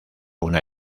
una